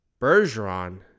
Bergeron